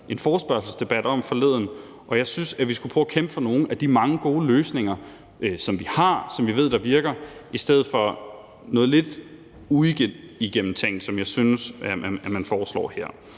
en forespørgselsdebat om forleden dag, og jeg synes, at vi skulle kæmpe for nogle af de mange gode løsninger, som vi har, og som vi ved virker, i stedet for noget lidt uigennemtænkt, som jeg synes man foreslår her.